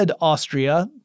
Austria